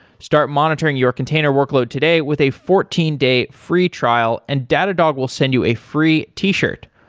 start monitoring your container workload today with a fourteen day free trial and datadog will send you a free t-shirt.